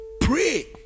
pray